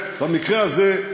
במקרה הזה,